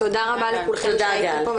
תודה רבה לכולכם שהייתם פה.